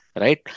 right